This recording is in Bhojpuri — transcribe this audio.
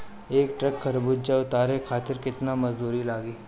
एक ट्रक तरबूजा उतारे खातीर कितना मजदुर लागी?